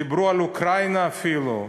דיברו על אוקראינה אפילו,